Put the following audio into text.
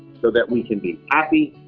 so that we can be happy,